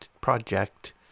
Project